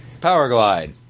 Powerglide